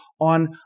on